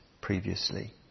previously